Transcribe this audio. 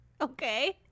Okay